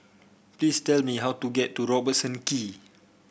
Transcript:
please tell me how to get to Robertson Quay